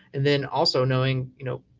and then also knowing, you know,